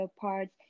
parts